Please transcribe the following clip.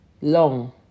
long